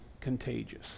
contagious